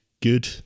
good